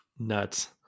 nuts